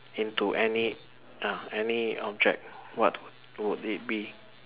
into any uh any object what would it be